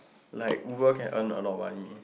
like Uber can earn a lot of money